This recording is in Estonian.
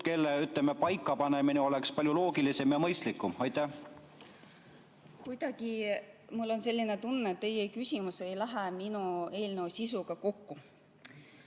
kelle, ütleme, paikapanemine oleks palju loogilisem ja mõistlikum? Mul on selline tunne, et teie küsimus ei lähe minu eelnõu sisuga kokku.